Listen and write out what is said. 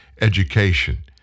education